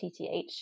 TTH